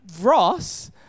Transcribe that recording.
Ross